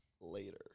later